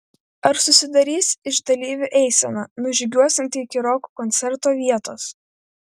ar susidarys iš dalyvių eisena nužygiuosianti iki roko koncerto vietos